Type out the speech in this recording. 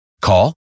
Call